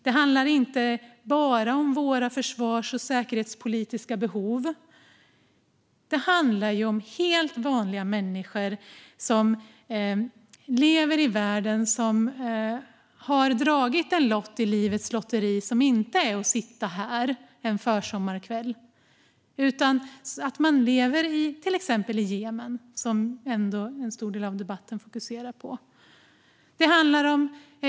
Det handlar inte bara om våra försvars och säkerhetspolitiska behov. Det handlar ju också om helt vanliga människor som lever i världen och som har dragit en lott i livets lotteri som inte är att sitta här en försommarkväll. Det handlar om människor som lever i till exempel Jemen, som en stor del av debatten fokuserar på.